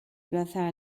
plaza